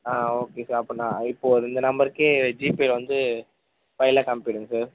ஆ okay sir அப்படினா இப்போது இந்த நம்பருக்கே ஜிபேவில் வந்து ஃபைவ் லாக் அனுப்பிவிடுங்க சார்